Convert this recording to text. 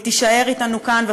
והיא תישאר אתנו כאן,